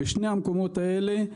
בשני המקומות האלה,